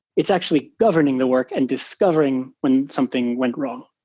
it's actually governing the work and discovering when something went wrong.